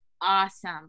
Awesome